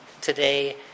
today